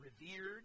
revered